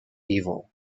evil